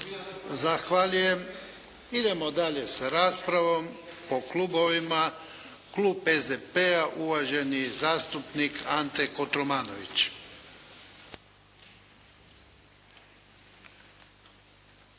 Zahvaljujem. Idemo dalje sa raspravom po klubovima. Klub SDP-a uvaženi zastupnik Ante Kotromanović.